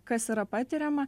kas yra patiriama